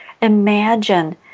imagine